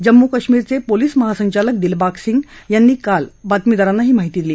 जम्मू कश्मीरचे पोलीस महासंचालक दिलबाग सिंग यांनी काल बातमीदारांना ही माहिती दिली